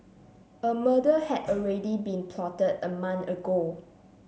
a murder had already been plotted a month ago